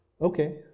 okay